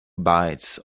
bites